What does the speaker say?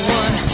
one